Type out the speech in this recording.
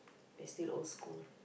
it's still old school lah